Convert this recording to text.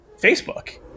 Facebook